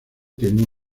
tiene